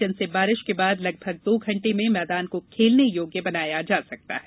जिनसे बारिश के बाद लगभग दो घंटे में मैदान को खेलने योग्य बनाया जा सकता है